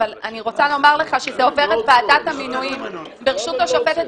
אני רוצה לומר לך שזה עובר את ועדת המינויים ברשות השופטת,